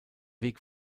weg